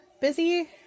busy